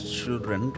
children